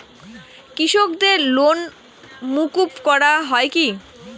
কৃষকদের লোন মুকুব করা হয় কি?